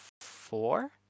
four